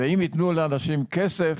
לעומת זאת, אם יתנו לאנשים כסף,